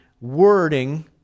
wording